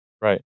Right